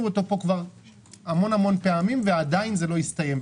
אותו פה המון פעמים ועדיין זה לא הסתיים.